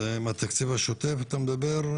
זה מהתקציב השוטף אתה מדבר?